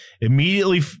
immediately